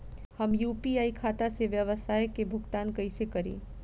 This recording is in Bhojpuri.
हम यू.पी.आई खाता से व्यावसाय के भुगतान कइसे करि?